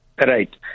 right